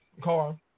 car